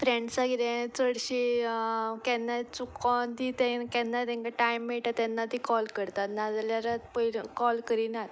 फ्रेंड्सां कितें चडशीं केन्नाय चुकोन तीं तें केन्नाय तेंकां टायम मेळटा तेन्ना तीं कॉल करतात ना जाल्यार कॉल करिनात